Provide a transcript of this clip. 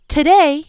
Today